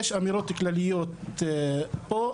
יש אמירות כלליות פה,